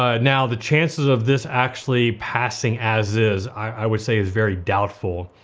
ah now, the chances of this actually passing as-is i would say is very doubtful.